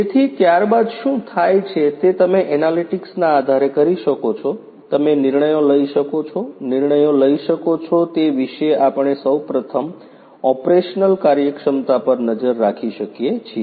તેથી ત્યારબાદ શું થાય છે તે તમે એનાલિટિક્સના આધારે કરી શકો છો તમે નિર્ણયો લઈ શકો છો નિર્ણયો લઈ શકો છો તે વિશે આપણે સૌ પ્રથમ ઓપરેશનલ કાર્યક્ષમતા પર નજર રાખી શકીએ છીએ